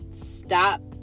stop